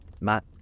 Matt